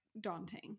Daunting